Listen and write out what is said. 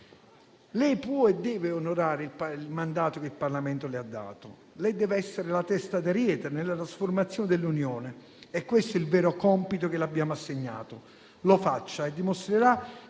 può e deve onorare il mandato che il Parlamento le ha dato. Lei deve essere la testa d'ariete nella trasformazione dell'Unione. È questo il vero compito che le abbiamo assegnato. Lo faccia e dimostrerà